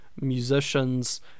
musicians